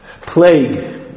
plague